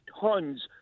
tons